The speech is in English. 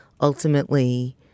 ultimately